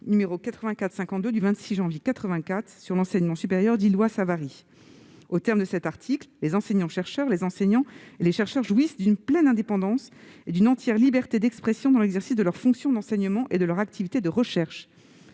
n° 84-52 du 26 janvier 1984 sur l'enseignement supérieur, dite « loi Savary ». Aux termes de cet article, « les enseignants-chercheurs, les enseignants et les chercheurs jouissent d'une pleine indépendance et d'une entière liberté d'expression dans l'exercice de leurs fonctions d'enseignement et de leurs activités de recherche,